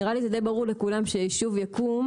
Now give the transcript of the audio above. נראה לי שזה די ברור לכולם שיישוב יקום,